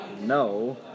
No